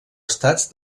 estats